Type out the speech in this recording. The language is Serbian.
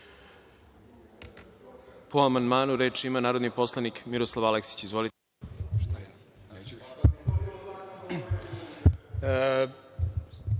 amandmanu, reč ima narodni poslanik Miroslav Aleksić. Izvolite.